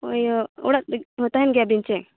ᱤᱭᱟᱹ ᱚᱲᱟᱜ ᱛᱟᱦᱮᱱ ᱜᱮᱭᱟ ᱵᱤᱱ ᱥᱮ